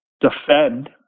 defend